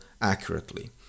accurately